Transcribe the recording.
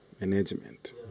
Management